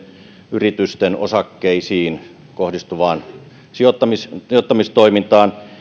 yritysten osakkeisiin kohdistuvaan sijoittamistoimintaan